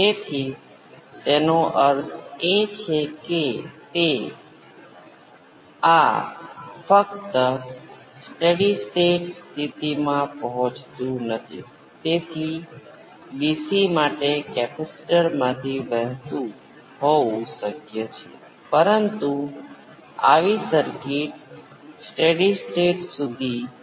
તેથી સ્પષ્ટપણે V p exponential j ω t 5 જે V p exponential j 5 exponential j ω t જેવું જ છે તેથી આ આખી વસ્તુ એક્સ્પોનેંસિયલ j ω t ના ગુણાકારમાં છે તેથી આ ભાગ આના જેવો છે